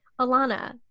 Alana